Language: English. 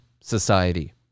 society